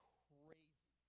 crazy